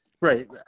right